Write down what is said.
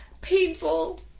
painful